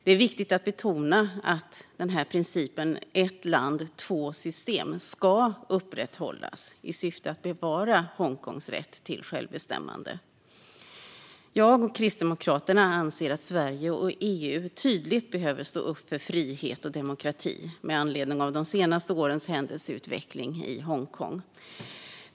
Det är viktigt att betona att principen "ett land två system" ska upprätthållas i syfte att bevara Hongkongs rätt till självbestämmande. Jag och Kristdemokraterna anser att Sverige och EU tydligt behöver stå upp för frihet och demokrati med anledning av de senaste årens händelseutveckling i Hongkong.